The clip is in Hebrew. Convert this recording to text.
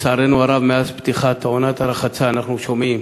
לצערנו הרב, מאז פתיחת עונת הרחצה אנחנו שומעים